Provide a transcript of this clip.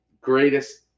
Greatest